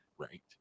Right